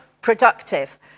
productive